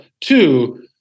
Two